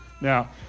Now